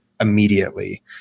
immediately